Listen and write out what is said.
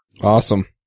Awesome